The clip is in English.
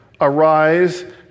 arise